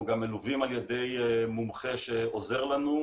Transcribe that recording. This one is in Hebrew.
אנחנו גם מלווים על ידי מומחה שעוזר לנו,